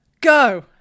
Go